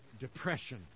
depression